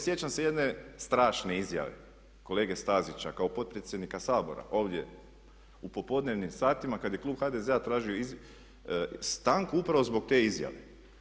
Sjećam se jedne strašne izjave kolege Stazića kao potpredsjednika Sabora ovdje u popodnevnim satima kad je klub HDZ-a tražio stanku upravo zbog te izjave.